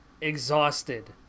exhausted